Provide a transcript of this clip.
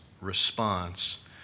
response